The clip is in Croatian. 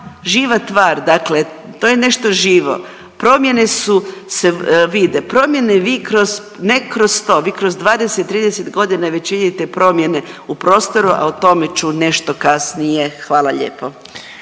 živa tvar, dakle to je nešto živo. Promjene se vide, promjene vi kroz to, ne kroz to vi kroz 20, 30 godina već činite promjene u prostoru, a o tome ću nešto kasnije. Hvala lijepo.